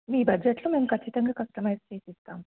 మీ బడ్జెట్లో మేము ఖచ్చితంగా కస్టమైజ్ చేసి ఇస్తాము